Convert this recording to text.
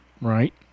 Right